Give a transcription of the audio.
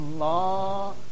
Allah